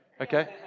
okay